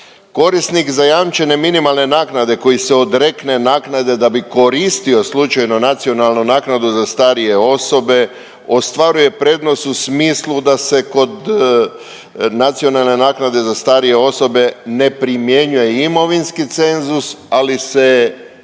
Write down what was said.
Korisnik zajamčene minimalne naknade koji se odrekne naknade da bi koristio slučajno nacionalnu naknadu za starije osobe ostvaruje prednost u smislu da se kod nacionalne naknade za starije osobe ne primjenjuje imovinski cenzus, ali se